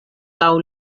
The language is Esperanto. laŭ